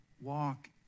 walk